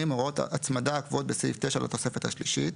הוראות ההצמדה הקבועות בסעיף 9 לתוספת השלישית,